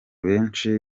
benshi